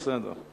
בסדר.